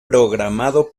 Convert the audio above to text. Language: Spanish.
programado